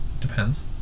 depends